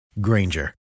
Granger